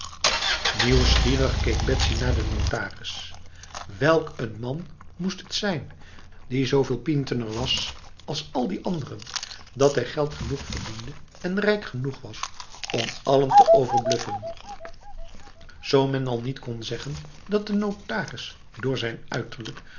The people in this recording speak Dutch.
nieuwsgierig keek betsy naar de notaris welk een man moest het zijn die zoveel pinterder was dan al die anderen dat hij geld genoeg verdiende en rijk genoeg was om allen te overbluffen zo men al niet kon zeggen dat de notaris door zijn uiterlijk